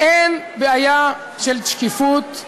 אין בעיה של שקיפות,